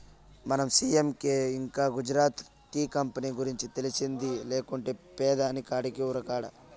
మన సీ.ఎం కి ఇంకా గుజరాత్ టీ కంపెనీ గురించి తెలిసింది లేకుంటే పెదాని కాడికి ఉరకడా